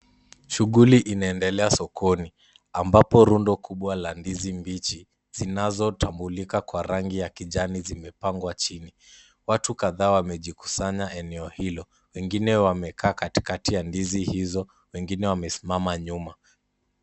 Shughuli inaendelea sokoni ambapo rundo kubwa la ndizi mbichi zinazotambulika kwa rangi ya kijani zimepangwa chini. Watu kadhaa wamejikusanya eneo hilo. Wengine wamekaa katikati ya ndizi hizo. Wengine wamesimama nyuma.